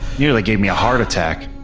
nearly gave me a heart attack.